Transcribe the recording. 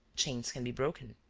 chains can be broken.